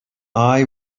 eye